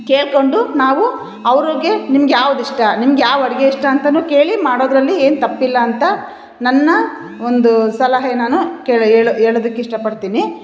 ಕೇಳಿಕೊಂಡು ನಾವು ಅವ್ರಿಗೆ ನಿಮ್ಗೆ ಯಾವ್ದು ಇಷ್ಟ ನಿಮ್ಗೆ ಯಾವ ಅಡಿಗೆ ಇಷ್ಟ ಅಂತ ಕೇಳಿ ಮಾಡೋದರಲ್ಲಿ ಏನು ತಪ್ಪಿಲ್ಲ ಅಂತ ನನ್ನ ಒಂದು ಸಲಹೆ ನಾನು ಕೇಳಿ ಹೇಳೊ ಹೇಳೋದಕ್ ಇಷ್ಟ ಪಡ್ತೀನಿ